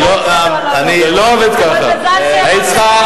אבל מזל שהרמתם להנחתה את,